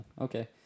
Okay